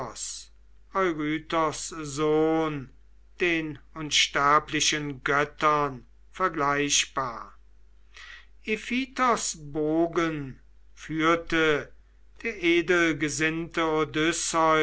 sohn den unsterblichen göttern vergleichbar iphitos bogen führte der edelgesinnte